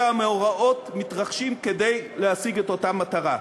שהמאורעות מתרחשים כדי להשיג את אותה מטרה.